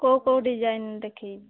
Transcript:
କେଉଁ କେଉଁ ଡିଜାଇନ୍ ଦେଖାଇବି